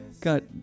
got